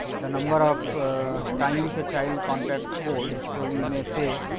the number of times a child contacts cold. so, you may say